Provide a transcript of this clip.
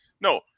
No